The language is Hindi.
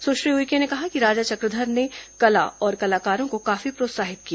सुश्री उइके ने कहा कि राजा चक्रधर ने कला और कलाकारों को काफी प्रोत्साहित किया